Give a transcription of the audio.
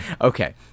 Okay